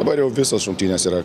dabar jau visos rungtynės yra